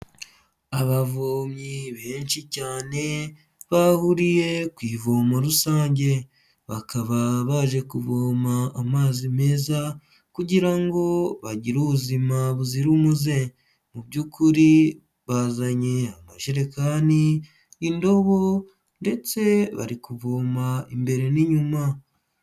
Abavomyi benshi cyane bahuriye ku ivomo rusange bakaba baje kuvoma amazi meza kugira ngo bagire ubuzima buzira umuze, mu by'ukuri bazanye amajerekani, indobo ndetse bari kuvoma imbere n'inyuma.